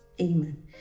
Amen